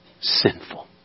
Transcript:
sinful